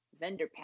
Vendor